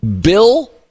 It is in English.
Bill